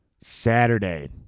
Saturday